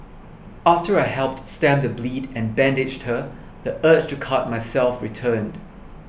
after I helped stem the bleed and bandaged her the urge to cut myself returned